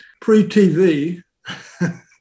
pre-TV